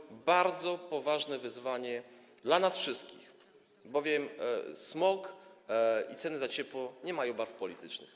Jest to bardzo poważne wyzwanie dla nas wszystkich, bowiem smog i ceny za ciepło nie mają barw politycznych.